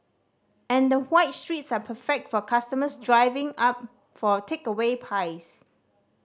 and the wide streets are perfect for customers driving up for takeaway pies